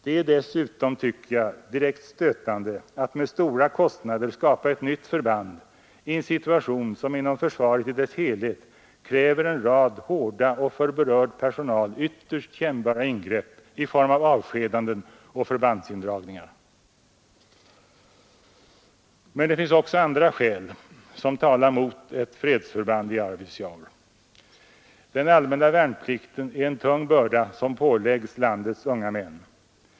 Det är dessutom, tycker jag, stötande att med stora kostnader skapa ett nytt förband i en situation som inom försvaret i dess helhet kräver en rad hårda och för berörd personal ytterst kännbara ingrepp i form av avskedanden och förbandsindragningar. Men det finns också andra skäl som talar mot ett fredsförband i Arvidsjaur. Den allmänna värnplikten är en tung börda som påläggs landets unga män.